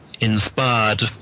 inspired